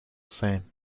same